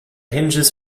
hinges